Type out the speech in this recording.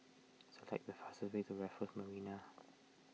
select the fastest way to Raffles Marina